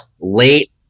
late